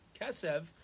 kesev